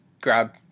grab